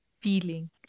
feeling